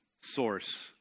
source